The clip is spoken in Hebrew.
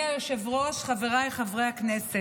הסיבה שבגללה יצאנו למבצע הזה היא כי מאזן